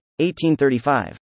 1835